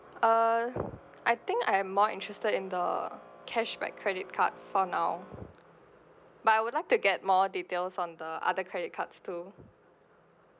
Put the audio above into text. uh I think I am more interested in the cashback credit card for now but I would like to get more details on the other credit cards too